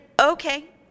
Okay